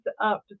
up